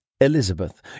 Elizabeth